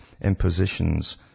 impositions